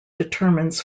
determines